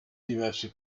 diversi